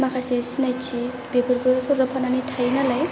माखासे सिनायथिफोर सरजाबफानानै थायो नालाय